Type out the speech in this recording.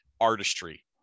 artistry